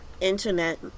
internet